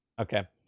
Okay